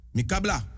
Mikabla